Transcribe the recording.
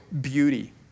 beauty